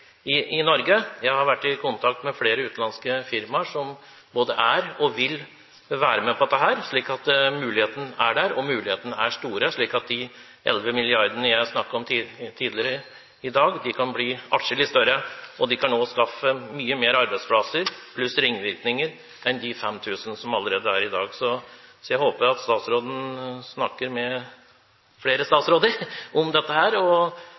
og vil være med på dette. Mulighetene er der, og mulighetene er store, slik at de 11 mrd. kr. jeg snakket om tidligere i dag, kan bli atskillig flere. De kan også skape mange flere arbeidsplasser, pluss ringvirkninger, enn de 5000 vi allerede har i dag. Jeg håper at statsråden snakker med flere statsråder om dette, og at man tar dette på alvor. For her er det som sagt store muligheter, og